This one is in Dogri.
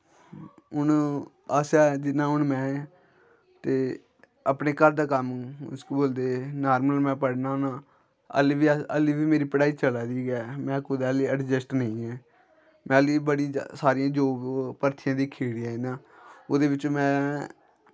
हून असें जि'यां हून में ऐं ते अपने घर दा कम्म स्कूल ते नार्मल में पढ़ना होन्ना हाल्ली बी मेरी पढ़ाई चला दी ऐ गै में हाल्ली अड़जैस्ट नेईं ऐं में हाल्ली बड़ा जैदा सारियां जो भर्थियां दिक्खी ओड़ियां इ'यां ओह्दे बिच्च में